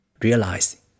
realize